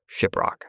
Shiprock